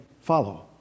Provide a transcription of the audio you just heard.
follow